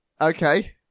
Okay